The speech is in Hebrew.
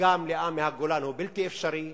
נסיגה מלאה מהגולן הוא בלתי אפשרי,